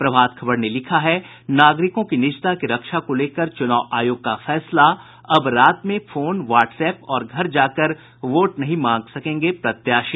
प्रभात खबर ने लिखा है नागरिकों की निजता की रक्षा को लेकर चुनाव आयोग का फैसला अब रात में फोन व्हाट्सएप और घर जाकर वोट नहीं मांग सकेंगे प्रत्याशी